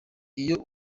iyo